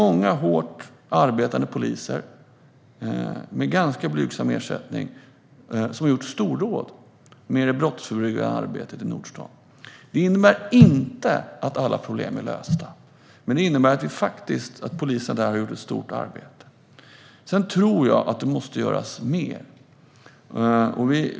Många hårt arbetande poliser, med ganska blygsam ersättning, har gjort stordåd med det brottsförebyggande arbetet i Nordstan. Detta innebär inte att alla problem är lösta, men polisen har faktiskt gjort ett storartat arbete. Jag tror dock att mer måste göras.